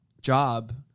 job